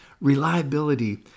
reliability